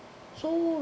so